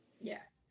Yes